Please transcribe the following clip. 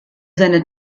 seine